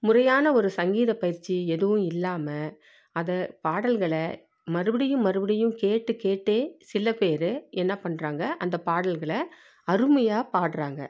முறையான ஒரு சங்கீத பயிற்சி எதுவும் இல்லாமல் அதை பாடல்களை மறுபடியும் மறுபடியும் கேட்டு கேட்டே சில பேர் என்ன பண்ணுறாங்க அந்த பாடல்களை அருமையாக பாடுறாங்க